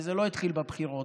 וזה לא התחיל בבחירות.